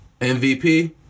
MVP